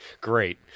Great